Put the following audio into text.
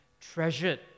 treasured